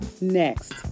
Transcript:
Next